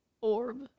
orb